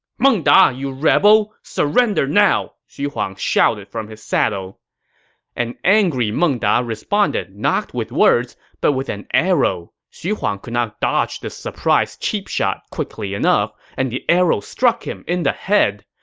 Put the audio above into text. meng da, you rebel! surrender now! xu huang shouted from his saddle an angry meng da responded not with words, but with an arrow. xu huang could not dodge this surprise cheap shot quickly enough, and the arrow struck him in the head.